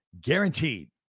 guaranteed